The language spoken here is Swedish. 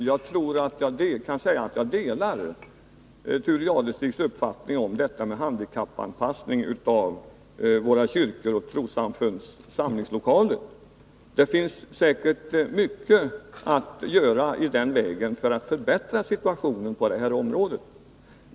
Herr talman! Jag delar Thure Jadestigs uppfattning om handikappanpassningen av våra kyrkors och trossamfunds samlingslokaler. Det finns säkert mycket att göra för att förbättra situationen på det här området.